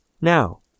Now